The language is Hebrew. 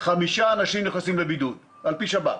5 אנשים נכנסים לבידוד על פי שב"כ.